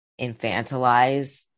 infantilize